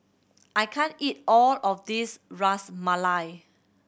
I can't eat all of this Ras Malai